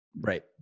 Right